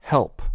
Help